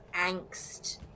angst